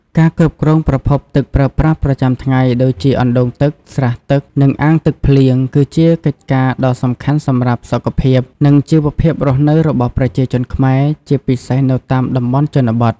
ការគ្រប់គ្រងប្រភពទឹកប្រើប្រាស់ប្រចាំថ្ងៃដូចជា អណ្ដូងទឹក ស្រះទឹក និងអាងទឹកភ្លៀង គឺជាកិច្ចការដ៏សំខាន់សម្រាប់សុខភាព និងជីវភាពរស់នៅរបស់ប្រជាជនខ្មែរ ជាពិសេសនៅតាមតំបន់ជនបទ។